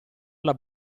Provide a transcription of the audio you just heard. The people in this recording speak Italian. alla